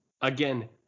again